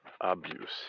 abuse